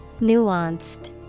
Nuanced